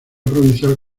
provincial